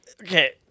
okay